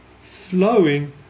flowing